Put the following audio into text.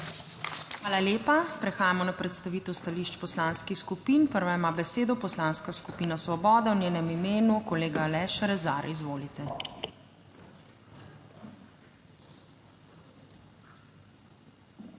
Hvala lepa. Prehajamo na predstavitev stališč poslanskih skupin. Prva ima besedo Poslanska skupina Svoboda, v njenem imenu kolega Aleš Rezar. Izvolite. 9.